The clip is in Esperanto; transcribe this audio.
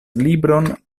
libron